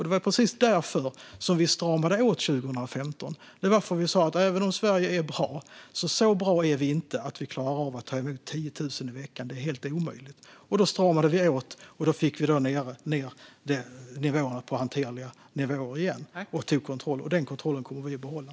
Det var precis därför vi stramade åt 2015. Vi sa att även om Sverige är bra är vi inte så bra att vi klarar av att ta emot 10 000 i veckan. Det är helt omöjligt. Då stramade vi åt och fick ned antalet till hanterliga nivåer igen. Den kontrollen kommer vi att behålla.